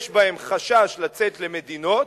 יש להם חשש לצאת למדינות,